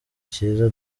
cyiza